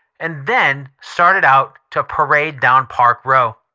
and then started out to parade down park row.